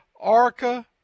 ARCA